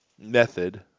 method